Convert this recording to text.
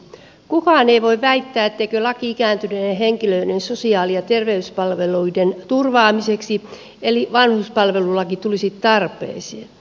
kukaan ei voi väittää etteikö laki ikääntyneiden henkilöiden sosiaali ja terveyspalveluiden turvaamiseksi eli vanhuspalvelulaki tulisi tarpeeseen